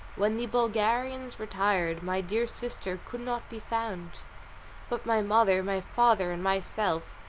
when the bulgarians retired, my dear sister could not be found but my mother, my father, and myself,